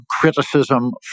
criticism